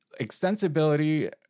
extensibility